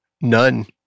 None